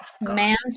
man's